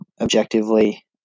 objectively